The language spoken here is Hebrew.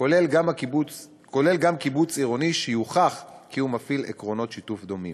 וכולל גם קיבוץ עירוני שיוכיח כי הוא מפעיל עקרונות שיתוף דומים.